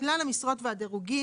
בכלל המשרות והדירוגים,